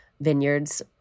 vineyards